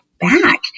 back